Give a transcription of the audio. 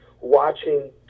watching